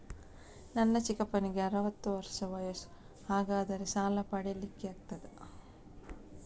ನನ್ನ ಚಿಕ್ಕಪ್ಪನಿಗೆ ಅರವತ್ತು ವರ್ಷ ವಯಸ್ಸು, ಹಾಗಾದರೆ ಸಾಲ ಪಡೆಲಿಕ್ಕೆ ಆಗ್ತದ?